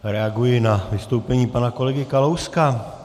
Reaguji na vystoupení pana kolegy Kalouska.